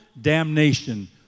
damnation